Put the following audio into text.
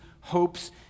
hopes